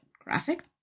graphic